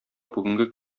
бүгенге